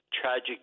tragic